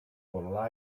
for